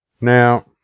Now